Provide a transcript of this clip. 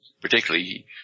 Particularly